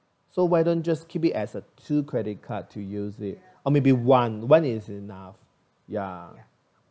so why don't you just keep it as a two credit card to use it or maybe one one is enough ya